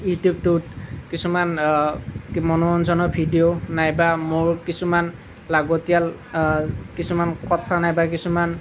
ইউটিউবটোত কিছুমান কি মনোৰঞ্জনৰ ভিডিঅ' নাইবা মোৰ কিছুমান লাগতিয়াল কিছুমান কথা নাইবা কিছুমান